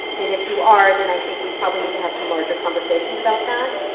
and if you are then i think we probably need to have some larger conversations about that,